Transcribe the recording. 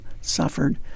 suffered